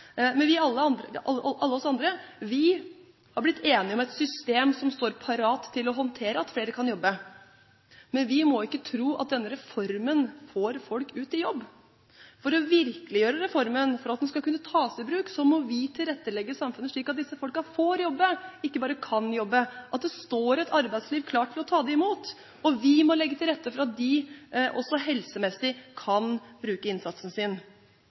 Men vi må ikke tro at denne reformen får folk ut i jobb. For å virkeliggjøre reformen, for at den skal kunne tas i bruk, må vi tilrettelegge samfunnet slik at disse folkene får jobbe, ikke bare kan jobbe, at det står et arbeidsliv klart til å ta imot dem. Vi må legge til rette for at de også helsemessig kan bruke innsatsen sin.